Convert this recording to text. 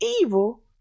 evil